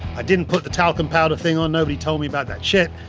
i didn't put the talcum powder thing on, nobody told me about that shit,